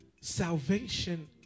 salvation